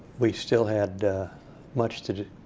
we still had much to do.